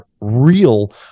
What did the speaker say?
real